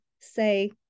say